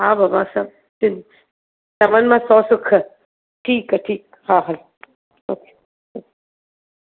हा बाबा सवनि मां सौ सुख ठीकु आहे ठीकु आहे हा हा ओके